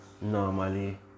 normally